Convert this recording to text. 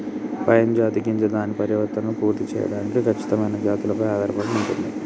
pine జాతి గింజ దాని పరిపక్వతను పూర్తి సేయడానికి ఖచ్చితమైన జాతులపై ఆధారపడి ఉంటుంది